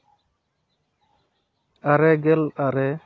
ᱟᱨᱮᱜᱮᱞ ᱟᱨᱮ